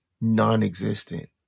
non-existent